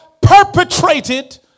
perpetrated